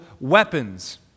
weapons